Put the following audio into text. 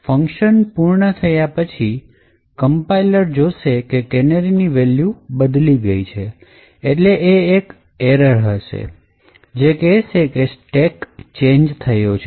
function પૂર્ણ થયા પછી કંપાઇલરs જોશે કે કેનેરીની વેલ્યુ ચેન્જ થઇ છે અને એટલે એ એક એરર હશે કે જે કહેશે કે સ્ટેક ચેન્જ થયો છે